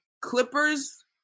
Clippers